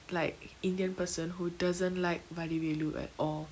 like indian person who doesn't like vadivelu at all